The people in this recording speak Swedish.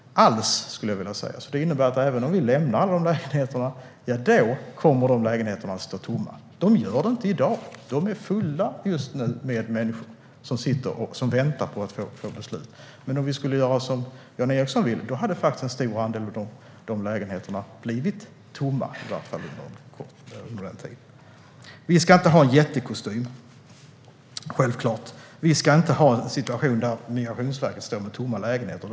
Det innebär att om vi lämnar dessa lägenheter kommer de att stå tomma. Det gör de inte i dag; de är fulla med människor som väntar på beslut. Men gör vi som Jan Ericson vill kommer en stor andel av dessa lägenheter att stå tomma, i varje fall under en tid. Självklart ska vi inte ha en jättekostym. Vi ska inte ha en situation där Migrationsverket står med tomma lägenheter.